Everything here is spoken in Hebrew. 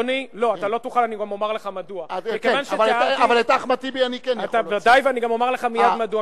לא, אתה לא תוכל, אני גם אומר לך מדוע.